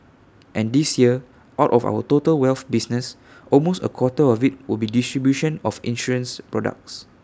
and this year out of our total wealth business almost A quarter of IT will be distribution of insurance products